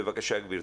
בבקשה, גברתי.